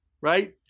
right